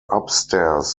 upstairs